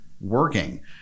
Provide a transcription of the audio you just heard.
working